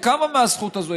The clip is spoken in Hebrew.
היא קמה מהזכות הזו,